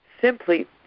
simply